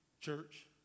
church